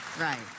Right